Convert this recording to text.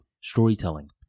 storytelling